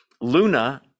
Luna